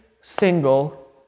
single